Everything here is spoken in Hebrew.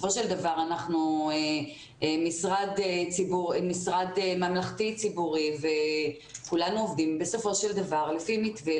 בסופו של דבר אנחנו משרד ממלכתי ציבורי וכולנו עובדים לפי מתווה,